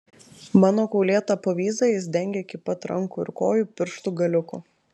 mano kaulėtą povyzą jis dengė iki pat rankų ir kojų pirštų galiukų